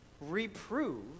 reprove